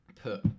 put